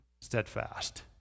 steadfast